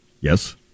Yes